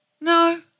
no